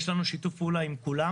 יש לנו שיתוף פעולה עם כולם.